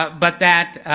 but that